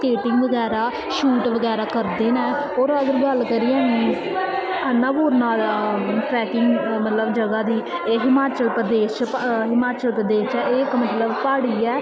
skating बगैरा shoot बगैरा करदे न होर अगर असीं गल्ल करिए अन्नापूर्नां दा ट्रैकिंग मतलब जगह् दी एह् हिमाचल प्रदेश च हिमाचल प्रदेश च ऐ एह् मतलब इक प्हाड़ी ऐ